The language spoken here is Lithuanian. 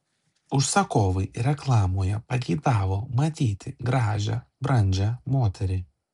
užsakovai reklamoje pageidavo matyti gražią brandžią moterį